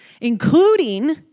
including